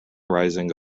rising